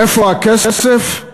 איפה הכסף,